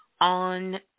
on